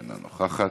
אינה נוכחת,